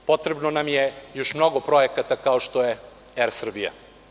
Potrebno nam je još mnogo projekata kao što je „Er Srbija“